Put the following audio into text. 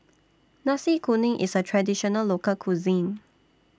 Nasi Kuning IS A Traditional Local Cuisine